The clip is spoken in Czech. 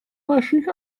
našich